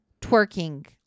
twerking